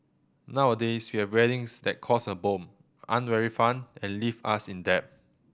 nowadays we have weddings that cost a bomb aren't very fun and leave us in debt